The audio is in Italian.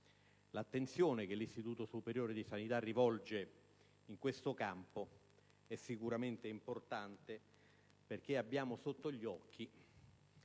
L'attenzione che l'Istituto superiore di sanità rivolge in questo campo è sicuramente importante: è infatti sotto gli occhi